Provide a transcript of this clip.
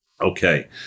Okay